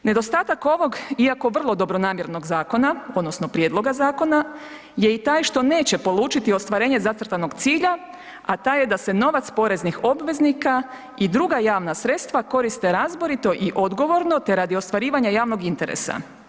Nedostatak ovog iako vrlo dobronamjernog zakona odnosno prijedloga zakona je i taj što neće polučiti ostvarenje zacrtanog cilja, a taj je da se novac poreznih obveznika i druga javna sredstva koriste razborito i odgovorno te radi ostvarivanja javnog interesa.